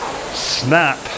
snap